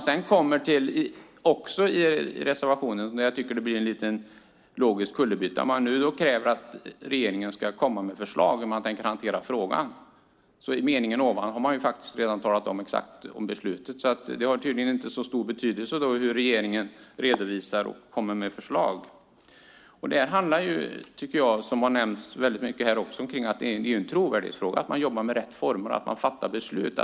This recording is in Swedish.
Men jag tycker att det blir lite av en logisk kullerbytta när man i reservationen kräver att regeringen kommer med förslag om hur man tänker hantera frågan. I texten före den meningen har man redan exakt uttryckt sig om beslutet. Det har tydligen inte så stor betydelse hur regeringen redovisar och kommer med förslag. Som många gånger nämnts här är det en trovärdighetsfråga att jobba med de rätta formerna att fatta beslut.